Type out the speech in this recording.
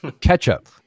Ketchup